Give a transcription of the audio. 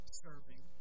serving